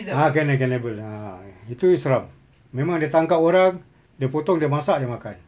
ah canni~ cannibal a'ah ya itu seram memang dia tangkap orang dia potong dia masak dia makan